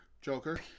Joker